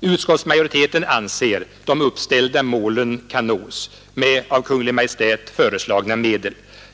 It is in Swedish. Utskottsmajoriteten anser att de uppställda målen kan nås med av Kungl. Maj:t föreslagna medel.